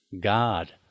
God